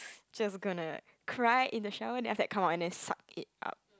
just gonna cry in the shower and then after that come out and then suck it up